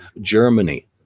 Germany